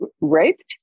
raped